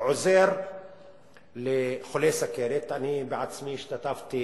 עוזר לחולי סוכרת, אני עצמי השתתפתי,